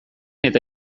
eta